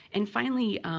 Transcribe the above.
and finally,